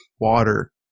water